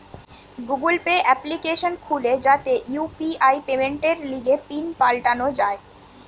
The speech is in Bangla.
গুগল পে এপ্লিকেশন খুলে যাতে ইউ.পি.আই পেমেন্টের লিগে পিন পাল্টানো যায়